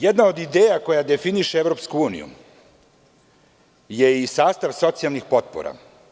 Jedna od ideja koja definiše EU je i sastav socijalnih potpora.